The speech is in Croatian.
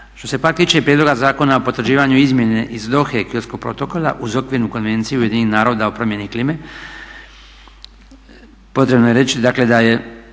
Što se pak tiče i Prijedloga zakona o potvrđivanju izmjene iz Dohe Kyotskog protokola uz Okvirnu konvenciju Ujedinjenih naroda o promjeni klime potrebno je reći dakle